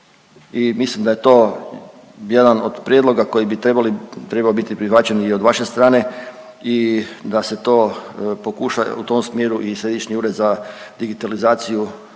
i mislim da je to jedan od prijedloga koji bi trebali, trebao biti prihvaćen i od vaše strane i da se to pokuša u tom smjeru i Središnji ured za digitalizaciju